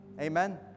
Amen